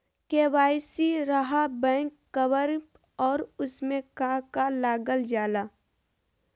KYC रहा back cover और उसमें का का लागल जाला?